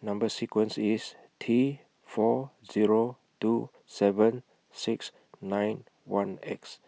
Number sequence IS T four Zero two seven six nine one X